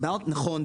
נכון,